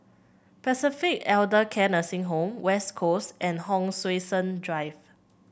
Pacific Elder Care Nursing Home West Coast and Hon Sui Sen Drive